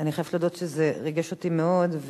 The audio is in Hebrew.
אני חייבת להודות שזה ריגש אותי מאוד.